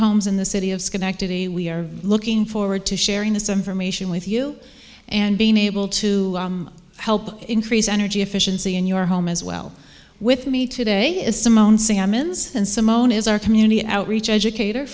homes in the city of schenectady we are looking forward to sharing this information with you and being able to help increase energy efficiency in your home as well with me today as simone salmons and simone is our community outreach educator